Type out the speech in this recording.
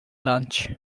lunch